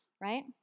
right